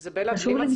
אני מודה